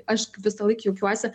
aš visąlaik jaučiuosi